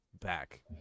back